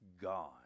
God